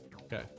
Okay